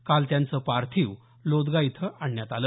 काल त्यांचं पार्थिव लोदगा इथं आणण्यात आलं